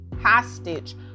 hostage